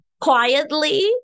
quietly